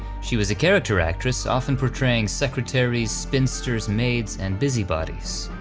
she was a character actress, often portraying secretaries, spinsters, maids, and busybodies.